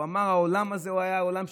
הוא אמר: העולם הזה הוא עולם השקר.